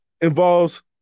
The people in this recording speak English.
involves